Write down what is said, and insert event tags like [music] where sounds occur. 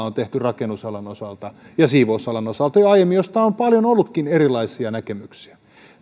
[unintelligible] on tehty rakennusalan ja siivousalan osalta jo aiemmin mistä on paljon ollutkin erilaisia näkemyksiä